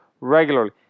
regularly